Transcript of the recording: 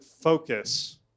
focus